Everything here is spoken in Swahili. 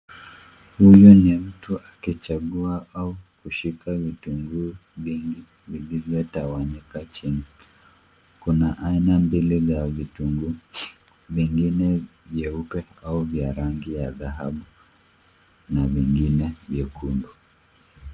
Huyu ni mtu akichagua au kushika vitunguu vingi vilivyotawanyika chini. Kuna aina mbili za vitunguu, vingine vyeupe au vya rangi ya dhahabu, na vingine vyekundu.